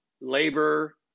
Labor